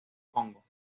congo